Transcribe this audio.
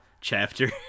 chapter